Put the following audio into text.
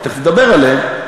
ותכף נדבר עליהם.